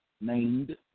named